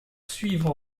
suivre